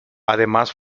además